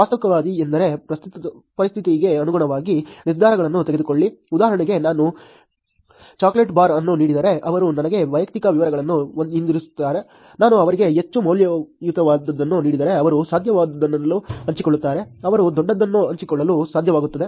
ವಾಸ್ತವಿಕವಾದಿ ಎಂದರೆ ಪರಿಸ್ಥಿತಿಗೆ ಅನುಗುಣವಾಗಿ ನಿರ್ಧಾರಗಳನ್ನು ತೆಗೆದುಕೊಳ್ಳಿ ಉದಾಹರಣೆಗೆ ನಾನು ಚಾಕೊಲೇಟ್ ಬಾರ್ ಅನ್ನು ನೀಡಿದರೆ ಅವರು ನನಗೆ ವೈಯಕ್ತಿಕ ವಿವರಗಳನ್ನು ಹಿಂದಿರುಗಿಸುತ್ತಾರೆ ನಾನು ಅವರಿಗೆ ಹೆಚ್ಚು ಮೌಲ್ಯಯುತವಾದದ್ದನ್ನು ನೀಡಿದರೆ ಅವರು ಸಾಧ್ಯವಾದದ್ದನ್ನು ಹಂಚಿಕೊಳ್ಳುತ್ತಾರೆ ಅವರು ದೊಡ್ಡದನ್ನು ಹಂಚಿಕೊಳ್ಳಲು ಸಾಧ್ಯವಾಗುತ್ತದೆ